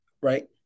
Right